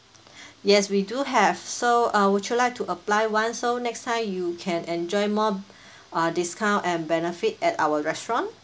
yes we do have so uh would you like to apply one so next time you can enjoy more uh discount and benefit at our restaurant